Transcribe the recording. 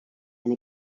and